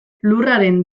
lurraren